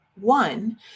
one